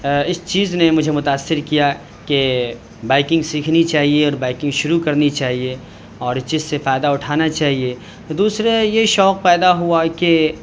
اس چیز نے مجھے متأثر کیا کہ بائکنگ سیکھنی چاہیے بائکنگ شروع کرنی چاہیے اور اس چیز سے فائدہ اٹھانا چاہیے دوسرا یہ شوق پیدا ہوا کہ